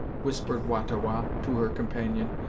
whispered wah-ta-wah to her companion,